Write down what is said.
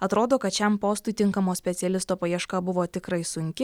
atrodo kad šiam postui tinkamo specialisto paieška buvo tikrai sunki